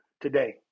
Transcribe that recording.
today